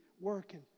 working